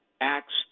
acts